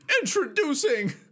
introducing